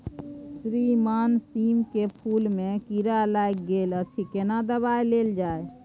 श्रीमान सीम के फूल में कीरा लाईग गेल अछि केना दवाई देल जाय?